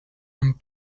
and